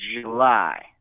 July